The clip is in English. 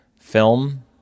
film